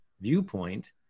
viewpoint